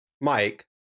mike